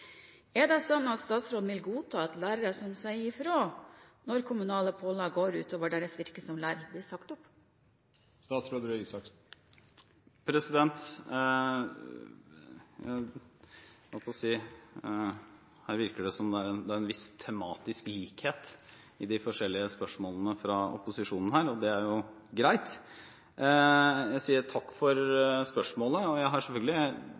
Er det slik at statsråden vil godta at lærere som sier ifra når kommunale pålegg går ut over deres virke som lærer, blir sagt opp?» Her virker det som det er en viss tematisk likhet i de forskjellige spørsmålene fra opposisjonen, og det er jo greit. Jeg sier takk for spørsmålet. Jeg har selvfølgelig